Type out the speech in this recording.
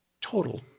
total